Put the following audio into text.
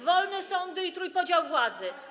wolne sądy i trójpodział władzy.